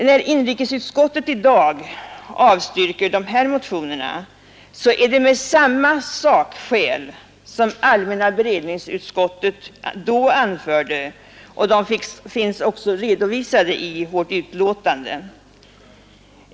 När inrikesutskottet i dag avstyrker de nu aktuella motionerna är det med samma sakskäl som allmänna beredningsutskottet då anförde, och de finns även redovisade i vårt utlåtande.